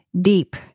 deep